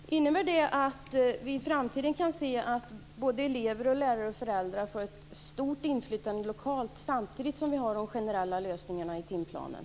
Fru talman! Innebär det att vi i framtiden kan se att elever, lärare och föräldrar får ett stort inflytande lokalt, samtidigt som vi har de generella lösningarna i timplanen?